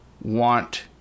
want